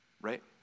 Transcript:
right